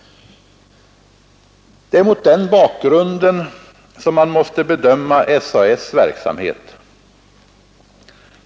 Det är mot den bakgrunden SAS:s verksamhet måste bedömas.